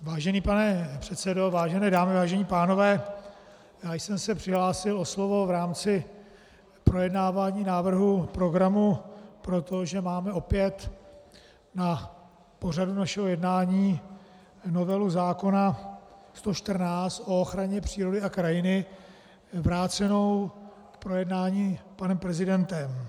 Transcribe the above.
Vážený pane předsedo, vážené dámy, vážení pánové, já jsem se přihlásil o slovo v rámci projednávání návrhu programu proto, že máme opět na pořadu našeho jednání novelu zákona 114, o ochraně přírody a krajiny, vrácenou k projednání panem prezidentem.